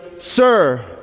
sir